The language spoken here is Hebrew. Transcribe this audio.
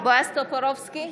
בועז טופורובסקי,